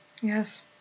Yes